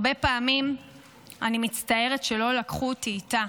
הרבה פעמים אני מצטערת שלא לקחו אותי איתה,